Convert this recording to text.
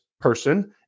person